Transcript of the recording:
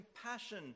compassion